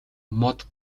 мод